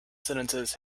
sentences